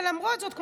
ולמרות זאת,